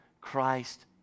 Christ